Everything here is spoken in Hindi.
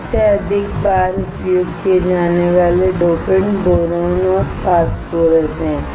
सबसे अधिक बार उपयोग किए जाने वाले डोपेंट बोरॉन और फास्फोरस हैं